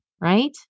right